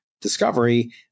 discovery